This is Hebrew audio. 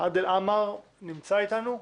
עאדל עאמר נמצא איתנו,